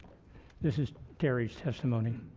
this is terry's testimony.